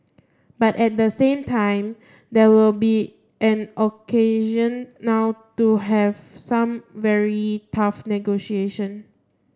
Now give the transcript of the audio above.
but at the same time there will be an occasion now to have some very tough negotiation